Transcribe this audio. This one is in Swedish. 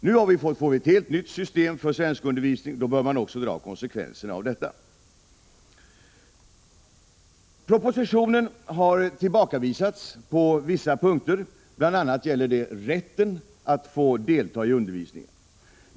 När vi nu får ett helt nytt system för svenskundervisning, då bör man också dra konsekvenserna av detta. Propositionen har tillbakavisats på vissa punkter, bl.a. gäller det rätten att få delta i undervisningen.